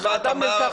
ברשותך,